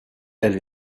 elle